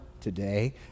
today